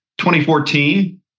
2014